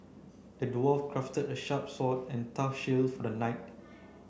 the dwarf crafted a sharp sword and a tough shield for the knight